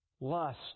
lust